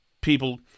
people